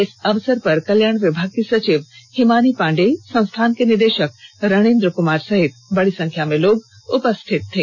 इस अवसर पर कल्याण विभाग की सचिव हिमानी पांडे संस्थान के निदेशक रणेंद्र क्मार सहित बड़ी संख्या में लोग उपस्थित थे